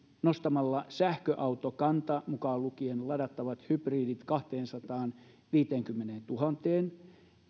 nostamalla sähköautokanta mukaan lukien ladattavat hybridit kahteensataanviiteenkymmeneentuhanteen